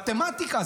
במתמטיקה?